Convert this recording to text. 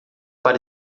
para